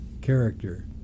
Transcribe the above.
character